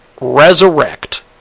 resurrect